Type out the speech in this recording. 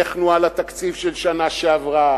איך נוהל התקציב של השנה שעברה,